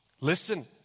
Listen